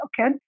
okay